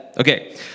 Okay